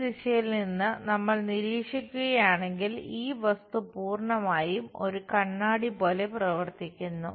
ഈ ദിശയിൽ നിന്ന് നമ്മൾ നിരീക്ഷിക്കുകയാണെങ്കിൽ ഈ വസ്തു പൂർണ്ണമായും ഒരു കണ്ണാടി പോലെ പ്രവർത്തിക്കുന്നു